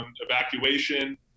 evacuation